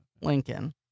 Lincoln